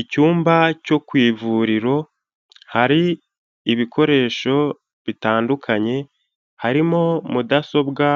Icyumba cyo ku ivuriro, hari ibikoresho bitandukanye, harimo mudasobwa